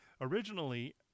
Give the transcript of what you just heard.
Originally